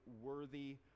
worthy